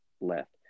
left